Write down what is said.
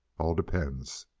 all depends.